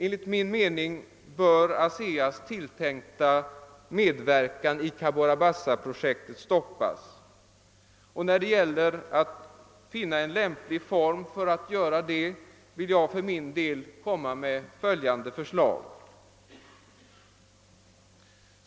Enligt min mening bör ASEA:s tilltänkta medverkan i Cabora Bassa-projektet stoppas. När det gäller att finna en lämplig form för att göra det vill jag framställa följande förslag.